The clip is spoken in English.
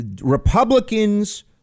Republicans